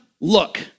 look